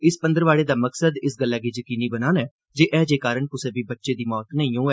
इस पंद्रवाड़े दा मकसद इस गल्लै गी जकीनी बनाना ऐ जे हैजे कारण कुसै बी बच्चे दी मौत नेईं होऐ